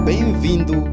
Bem-vindo